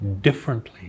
differently